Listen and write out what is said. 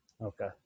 Okay